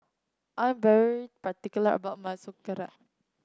I'm very particular about my Sauerkraut